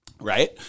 right